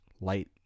light